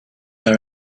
are